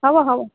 হ'ব হ'ব